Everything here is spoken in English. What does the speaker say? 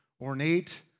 ornate